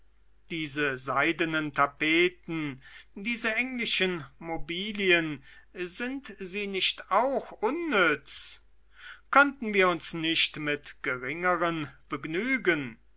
diese seidenen tapeten diese englischen mobilien sind sie nicht auch unnütz könnten wir uns nicht mit geringeren begnügen